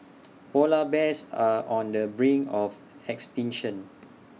Polar Bears are on the brink of extinction